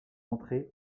entrée